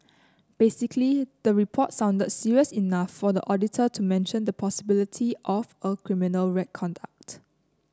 basically the report sounded serious enough for the auditor to mention the possibility of a criminal conduct